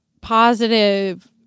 positive